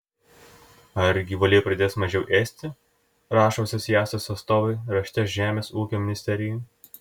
ar gyvuliai pradės mažiau ėsti rašo asociacijos atstovai rašte žemės ūkio ministerijai